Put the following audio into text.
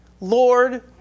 Lord